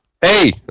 Hey